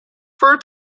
for